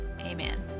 amen